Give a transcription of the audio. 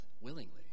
willingly